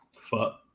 Fuck